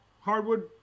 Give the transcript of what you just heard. hardwood